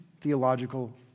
theological